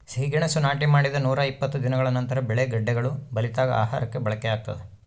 ಸಿಹಿಗೆಣಸು ನಾಟಿ ಮಾಡಿದ ನೂರಾಇಪ್ಪತ್ತು ದಿನಗಳ ನಂತರ ಬೆಳೆ ಗೆಡ್ಡೆಗಳು ಬಲಿತಾಗ ಆಹಾರಕ್ಕೆ ಬಳಕೆಯಾಗ್ತದೆ